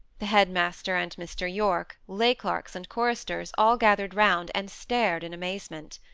the head-master and mr. yorke, lay-clerks and choristers, all gathered round, and stared in amazement.